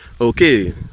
Okay